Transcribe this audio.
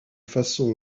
façon